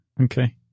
Okay